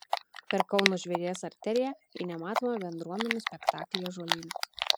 per kauno žvėries arteriją į nematomą bendruomenių spektaklį ąžuolyne